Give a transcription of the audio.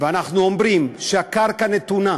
ואומרים שהקרקע נתונה,